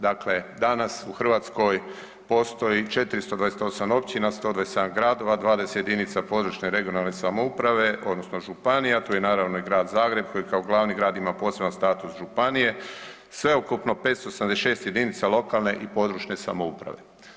Dakle, danas u Hrvatskoj postoji 428 općina, 127 gradova, 20 jedinica područne i regionalne samouprave odnosno županija, tu je naravno i Grad Zagreb koji kao glavni grad ima poseban status županije, sveukupno 576 jedinica lokalne i područne samouprave.